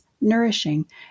nourishing